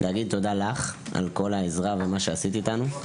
לך על כל העזרה ומה שעשית אתנו,